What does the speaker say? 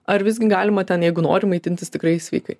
ar visgi galima ten jeigu nori maitintis tikrai sveikai